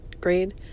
grade